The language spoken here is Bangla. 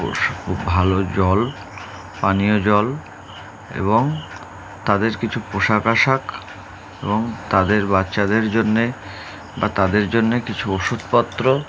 খুব ভালো জল পানীয় জল এবং তাদের কিছু পোশাক আশাক এবং তাদের বাচ্চাদের জন্যে বা তাদের জন্যে কিছু ওষুধপত্র